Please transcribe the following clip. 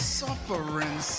suffering